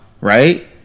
right